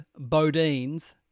Bodines